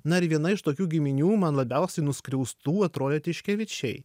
na ir viena iš tokių giminių man labiausiai nuskriaustų atrodė tiškevičiai